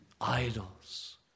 idols